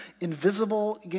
invisible